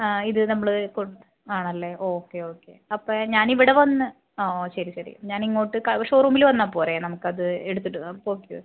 ആ ഇത് നമ്മൾ കൊട് ആണല്ലെ ഓക്കെ ഓക്കെ അപ്പം ഞാനിവിടെ വന്ന് ഓ ശരി ശരി ഞാനിങ്ങോട്ട് ഷോറൂമിൽ വന്നാൽ പോരെ നമുക്കത് എടുത്തിട്ട് ഓക്കെ ആ